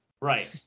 Right